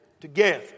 together